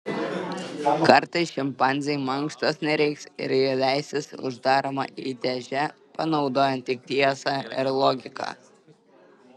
kartais šimpanzei mankštos nereiks ir ji leisis uždaroma į dėžę panaudojant tik tiesą ir logiką